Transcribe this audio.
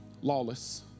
Lawless